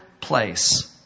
place